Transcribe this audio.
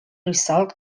results